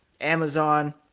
Amazon